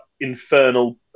infernal